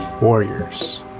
warriors